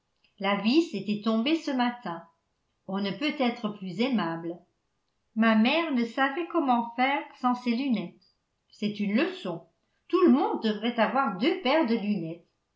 la vis était tombée ce matin on ne peut être plus aimable ma mère ne savait comment faire sans ses lunettes c'est une leçon tout le monde devrait avoir deux paires de lunettes